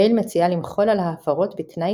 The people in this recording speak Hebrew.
גייל מציעה למחול על ההפרות בתנאי